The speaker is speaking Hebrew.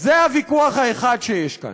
זה הוויכוח האחד שיש כאן.